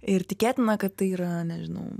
ir tikėtina kad tai yra nežinau